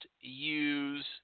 use